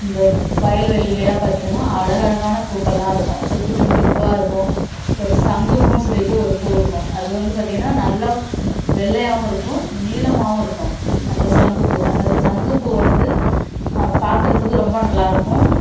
இந்த வயல் வெளிலெல்லாம் பார்த்தீங்கன்னா அழகழகான பூக்கள்லாம் இருக்கும் அப்டே குட்டி குட்டி பூவாக இருக்கும் ஒரு சங்குப்பூன்னு சொல்லிவிட்டு ஒரு பூ இருக்கும் அது வந்து பார்த்தீங்கன்னா நல்லா வெள்ளையாகவும் இருக்கும் நீளமாகவும் இருக்கும் அந்த சங்குப்பூ அந்த சங்குப்பூ வந்து பார்க்குறதுக்கு ரொம்ப நல்லாருக்கும்